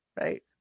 right